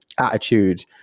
attitude